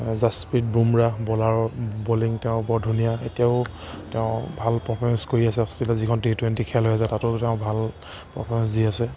জাসপ্ৰীত বুমৰাহ বলাৰত বলিং তেওঁ বৰ ধুনীয়া এতিয়াও তেওঁ ভাল পাৰফৰ্মেঞ্চ কৰি আছে অষ্ট্ৰেলিয়াত যিখন টি টুৱেণ্টি খেল হৈ আছে তাতো তেওঁ ভাল পাৰফৰ্মেঞ্চ দি আছে